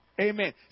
Amen